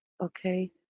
Okay